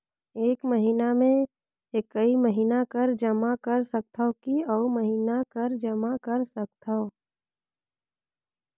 एक महीना मे एकई महीना कर जमा कर सकथव कि अउ महीना कर जमा कर सकथव?